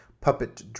puppet